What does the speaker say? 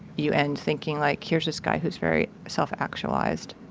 you end thinking, like, here's this guy who's very self-actualized.